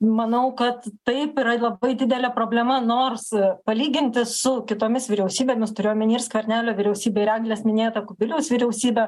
manau kad taip yra labai didelė problema nors palyginti su kitomis vyriausybėmis turiu omeny ir skvernelio vyriausybė ir eglės minėta kubiliaus vyriausybė